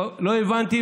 הוא אומר: לא הבנתי,